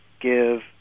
give